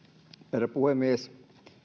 herra puhemies